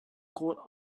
coat